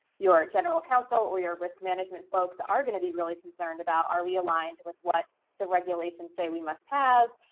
your general counsel or your risk management folks are gonna be really concerned about are we aligned with what the regulations say we must have.